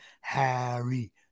Harry